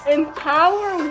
Empower